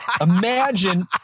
Imagine